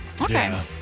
Okay